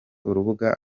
urubuga